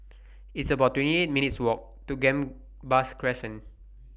It's about twenty eight minutes' Walk to Gambas Crescent